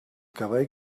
cavall